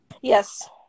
Yes